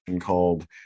called